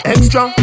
Extra